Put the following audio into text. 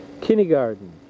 kindergarten